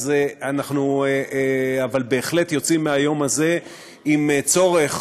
אבל אנחנו בהחלט יוצאים מהיום הזה עם צורך,